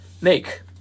Make